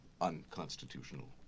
unconstitutional